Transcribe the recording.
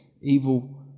evil